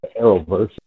Arrowverse